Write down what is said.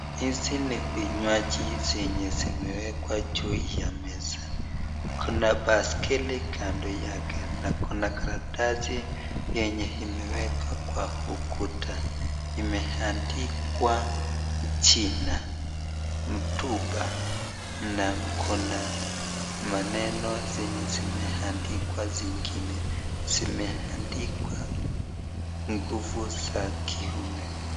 Hizi ni vinywaji zenye zimewekwa juu ya meza, kuna baiskeli kando yake na kuna karatasi yenye imewekwa kwa ukuta, imeandikwa jina Mtuba na kuna maneno zenye zimeandikwa zingine zimeandikwa nguvu za kiume.